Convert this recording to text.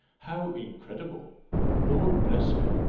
how incredible lord bless me!